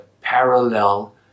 parallel